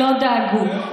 לא דאגו.